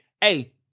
hey